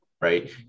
right